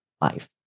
life